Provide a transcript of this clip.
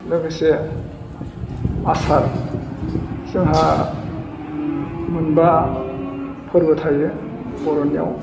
लोगोसे आसार जोंहा मोनबा फोरबो थायो बर'नियाव